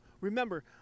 remember